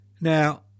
Now